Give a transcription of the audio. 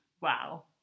Wow